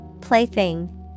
Plaything